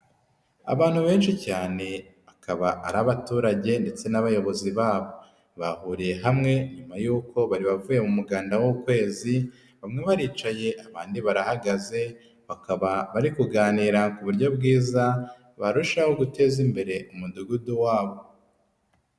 Abantu benshi cyane akaba ari abaturage ndetse n'abayobozi babo, bahuriye hamwe nyuma yuko bari bavuye mu muganda w'ukwezi, bamwe baricaye, abandi barahagaze, bakaba bari kuganira ku buryo bwiza barushaho guteza imbere umudugudu wabo.